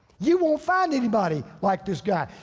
you won't find anybody like this guy.